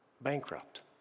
bankrupt